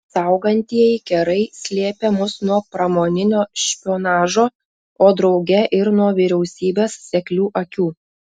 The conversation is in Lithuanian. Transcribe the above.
saugantieji kerai slėpė mus nuo pramoninio špionažo o drauge ir nuo vyriausybės seklių akių